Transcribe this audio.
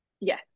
Yes